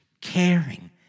caring